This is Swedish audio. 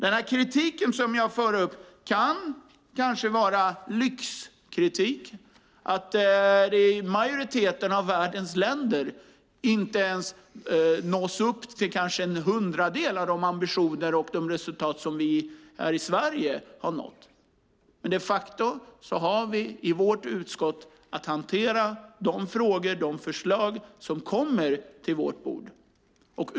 Den kritik som jag för fram kan kanske vara lyxkritik när man i en majoritet av världens länder inte ens når upp till kanske en hundradel av de ambitioner och de resultat som vi här i Sverige har nått upp till. De facto har vi i vårt utskott att hantera de frågor och förslag som kommer på våra bord.